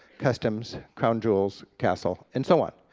customs, crown jewels, castle, and so on.